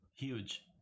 Huge